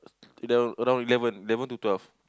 eleven around eleven eleven to twelve